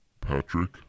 Patrick